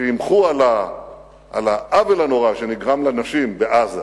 שימחו על העוול הנורא שנגרם לנשים בעזה